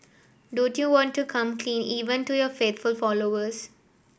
don't you want to come clean even to your faithful followers